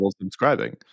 subscribing